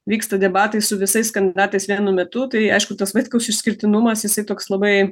vyksta debatai su visais kandidatais vienu metu tai aišku tas vaitkaus išskirtinumas jisai toks labai